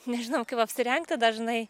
nežinau kaip apsirengti dažnai